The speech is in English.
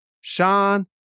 Sean